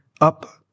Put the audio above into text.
up